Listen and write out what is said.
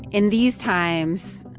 in these times,